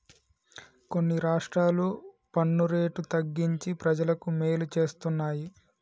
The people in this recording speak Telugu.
కొన్ని రాష్ట్రాలు పన్ను రేటు తగ్గించి ప్రజలకు మేలు చేస్తున్నాయి